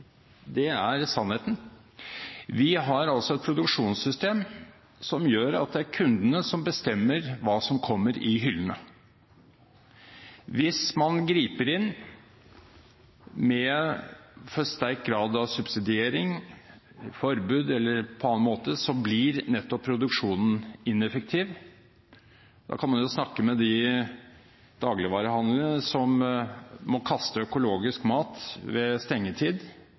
det er sannheten. Vi har altså et produksjonssystem som gjør at det er kundene som bestemmer hva som kommer i hyllene. Hvis man griper inn med for sterk grad av subsidiering, forbud eller på annen måte, blir nettopp produksjonen ineffektiv. Da kan man jo snakke med dem i dagligvarehandelen som må kaste økologisk mat ved stengetid